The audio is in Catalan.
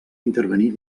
intervenir